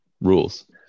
rules